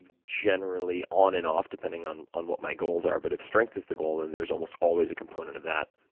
generally on and off depending on on what my goals are. but if strength is the goal, then there's almost always a component of that.